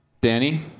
Danny